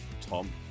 Tom